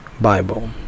Bible